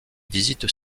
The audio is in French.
visitent